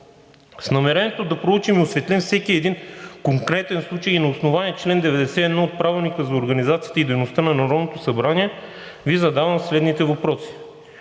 С намерението да проучим и осветлим всеки един конкретен случай и на основание чл. 91 от Правилника за организацията и дейността на Народното събрание Ви задавам следните въпроси: